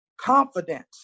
confidence